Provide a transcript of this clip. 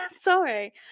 Sorry